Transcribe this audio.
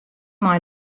mei